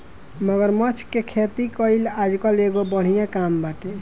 मगरमच्छ के खेती कईल आजकल एगो बढ़िया काम बाटे